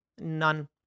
none